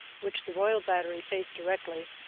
which the royal battery faced directly,